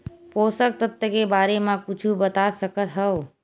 पोषक तत्व के बारे मा कुछु बता सकत हवय?